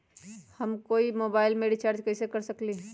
हम कोई मोबाईल में रिचार्ज कईसे कर सकली ह?